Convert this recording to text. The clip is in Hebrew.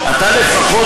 אל תקל